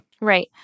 Right